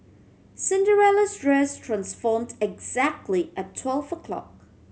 Cinderella's dress transformed exactly at twelve o'clock